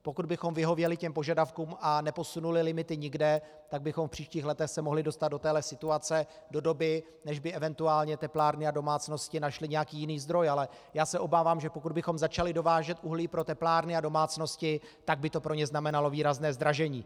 Pokud bychom vyhověli těm požadavkům a neposunuli limity nikde, tak bychom se v příštích letech mohli dostat do téhle situace do doby, než by eventuálně teplárny a domácnosti našly nějaký jiný zdroj, ale já se obávám, že pokud bychom začali dovážet uhlí pro teplárny a domácnosti, tak by to pro ně znamenalo výrazné zdražení.